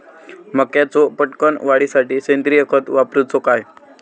मक्याचो पटकन वाढीसाठी सेंद्रिय खत वापरूचो काय?